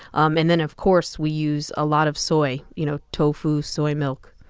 um and then of course we use a lot of soy you know tofu, soy milk,